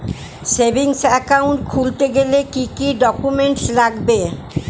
Savings account খুলতে গেলে কি কি ডকুমেন্টস লাগবে?